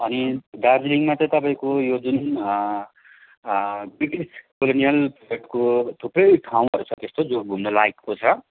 अनि दार्जिलिङमा चाहिँ तपाईँको यो जुन ब्रिटिसको जुन थुप्रै ठाउँहरू छ त्यस्तो जो घुम्नलायकको छ